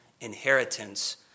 inheritance